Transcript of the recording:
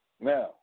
Now